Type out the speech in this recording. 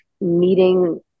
meeting